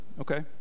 Okay